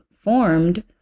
Formed